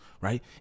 right